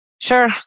Sure